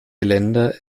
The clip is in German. länder